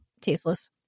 tasteless